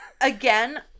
Again